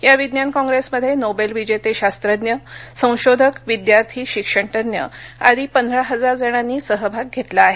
या विज्ञान कॉप्रेसमध्ये नोबेल विजेते शास्त्रज्ञ संशोधक विद्यार्थी शिक्षणतज्ञ आदी पंधरा हजार जणांनी सहभाग घेतला आहे